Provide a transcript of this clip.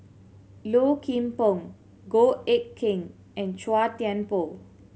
Low Kim Pong Goh Eck Kheng and Chua Thian Poh